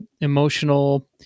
emotional